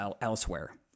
elsewhere